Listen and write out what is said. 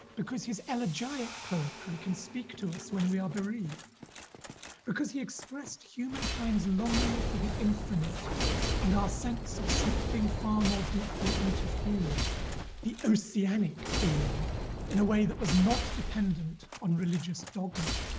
because his elegiac poetry can speak to us when we are bereaved because he expressed humankind's longing for the infinite and our sense of something far more deeply interfused the oceanic feeling in a way that was not dependent on religious dogma